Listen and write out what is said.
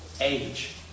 age